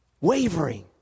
wavering